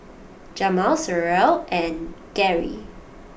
Jamil Sherryl and Gerry